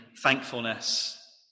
thankfulness